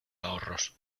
ahorros